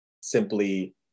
simply